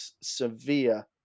severe